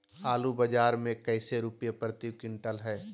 आलू बाजार मे कैसे रुपए प्रति क्विंटल है?